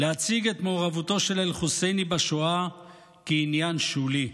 להציג את מעורבותו של אל-חוסייני בשואה כעניין שולי.